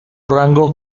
rango